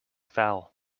fell